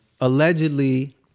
allegedly